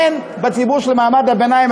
הן בציבור של מעמד הביניים,